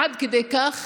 עד כדי כך